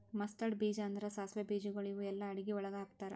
mustard ಬೀಜ ಅಂದುರ್ ಸಾಸಿವೆ ಬೀಜಗೊಳ್ ಇವು ಎಲ್ಲಾ ಅಡಗಿ ಒಳಗ್ ಹಾಕತಾರ್